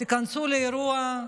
תיכנסו לאירוע.